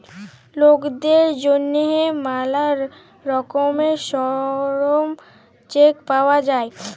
লকদের জ্যনহে ম্যালা রকমের শরম চেক পাউয়া যায়